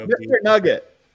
nugget